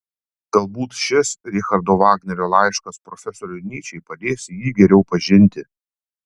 galbūt šis richardo vagnerio laiškas profesoriui nyčei padės jį geriau pažinti